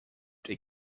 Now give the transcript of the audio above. they